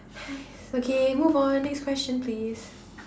!hais! okay move on next question please